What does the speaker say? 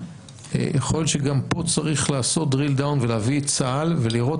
יכול להיות שגם פה צריך לעשות דרילדאון ולהביא את צה"ל ולראות